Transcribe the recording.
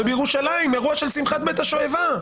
בירושלים היה אירוע שמחת בית השואבה,